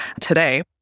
today